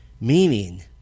Meaning